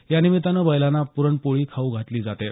या निमित्तानं बैलांना प्रण पोळी खाऊ घातली जाते